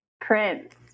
Prince